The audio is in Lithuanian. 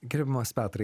gerbiamas petrai